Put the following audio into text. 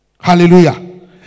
Hallelujah